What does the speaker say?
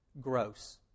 gross